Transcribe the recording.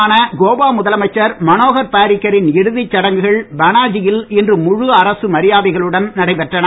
பாரிக்கர் நேற்று காலமான கோவா முதலமைச்சர் மனோகர் பாரிக்கரின் இறுதிச் சடங்குகள் பனாஜியில் இன்று முழு அரசு மரியாதைகளுடன் நடைபெற்றன